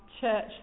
church